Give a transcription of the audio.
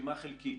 רשימה חלקית.